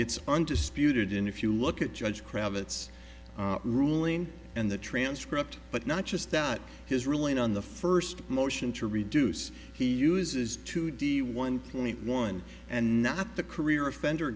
it's undisputed in if you look at judge kravitz ruling and the transcript but not just that his ruling on the first motion to reduce he uses two d one point one and not the career offender